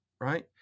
right